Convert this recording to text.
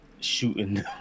shooting